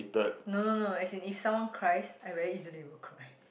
no no no as in if someone cries I very easily will cry